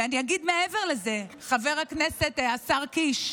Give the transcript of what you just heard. ואני אגיד מעבר לזה, חבר הכנסת השר קיש,